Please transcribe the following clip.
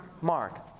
Mark